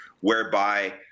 whereby